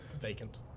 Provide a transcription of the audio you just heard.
vacant